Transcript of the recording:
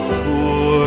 poor